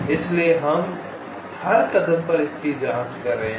इसलिए हम हर कदम पर इसकी जांच कर रहे हैं